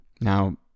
Now